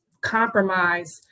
compromise